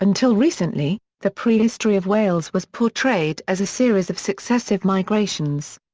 until recently, the prehistory of wales was portrayed as a series of successive migrations.